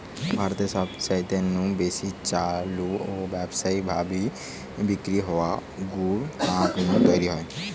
ভারতে সবচাইতে নু বেশি চালু ও ব্যাবসায়ী ভাবি বিক্রি হওয়া গুড় আখ নু তৈরি হয়